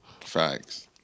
Facts